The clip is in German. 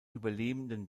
überlebenden